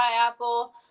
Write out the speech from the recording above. apple